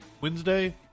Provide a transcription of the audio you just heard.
Wednesday